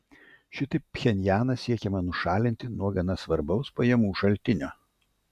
šitaip pchenjaną siekiama nušalinti nuo gana svarbaus pajamų šaltinio